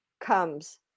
comes